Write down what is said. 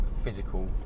physical